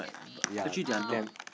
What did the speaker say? ya to them